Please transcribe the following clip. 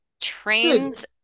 trains